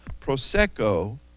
Prosecco